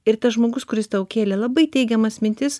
ir tas žmogus kuris tau kėlė labai teigiamas mintis